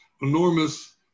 enormous